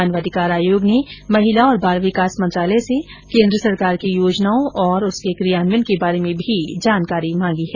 मानवाधिकार आयोग ने महिला और बाल विकास मंत्रालय से केंद्र सरकार की योजनाओं और उसके क्रियान्वयन के बारे में भी जानकारी मांगी है